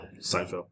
Seinfeld